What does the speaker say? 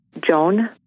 Joan